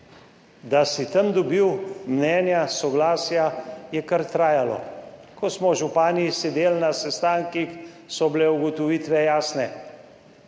da si tam dobil mnenja, soglasja je kar trajalo. Ko smo župani sedeli na sestankih, so bile ugotovitve jasne.